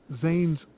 Zane's